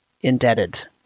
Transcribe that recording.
indebted